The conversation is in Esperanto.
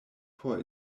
por